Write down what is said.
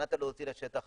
מבחינת להוציא לשטח,